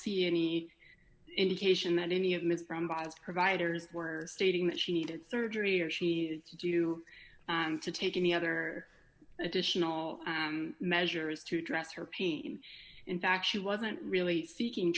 see any indication that any of ms brown bottles providers were stating that she needed surgery or she to do and to take any other additional measures to address her pain in fact she wasn't really seeking